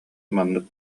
маннык